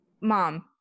mom